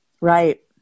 Right